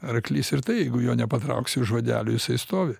arklys ir tai jeigu jo nepatrauksi už vadelių jisai stovi